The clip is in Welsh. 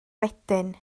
wedyn